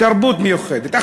תרבות מיוחדת.